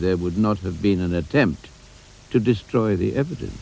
that would not have been an attempt to destroy the evidence